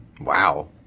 Wow